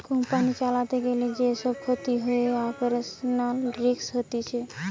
company চালাতে গিলে যে সব ক্ষতি হয়ে অপারেশনাল রিস্ক হতিছে